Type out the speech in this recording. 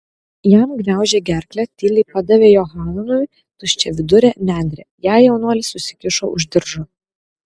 jam gniaužė gerklę tyliai padavė johananui tuščiavidurę nendrę ją jaunuolis užsikišo už diržo